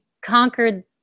conquered